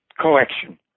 collection